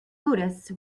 buddhists